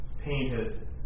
painted